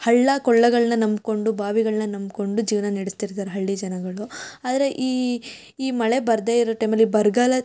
ಹಳ್ಳಕೊಳ್ಳಗಳನ್ನು ನಂಬಿಕೊಂಡು ಬಾವಿಗಳನ್ನು ನಂಬಿಕೊಂಡು ಜೀವನ ನಡೆಸ್ತಿರ್ತಾರೆ ಹಳ್ಳಿ ಜನಗಳು ಆದರೆ ಈ ಈ ಮಳೆ ಬರದೇ ಇರೋ ಟೈಮಲ್ಲಿ ಬರಗಾಲ